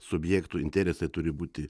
subjektų interesai turi būti